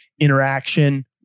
interaction